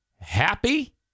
happy